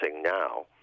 now